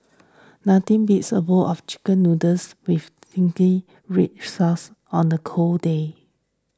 nothing beats a bowl of Chicken Noodles with Zingy Red Sauce on the cold day